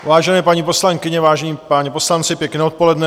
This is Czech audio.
Vážené paní poslankyně, vážení páni poslanci, pěkné odpoledne.